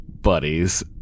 buddies